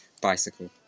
Bicycle